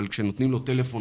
אבל כשנותנים לו טלפון,